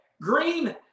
green